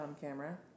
camera